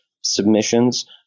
submissions